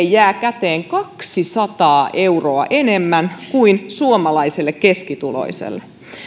jää käteen kaksisataa euroa enemmän kuin suomalaiselle keskituloiselle